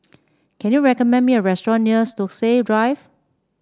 can you recommend me a restaurant near Stokesay Drive